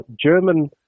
German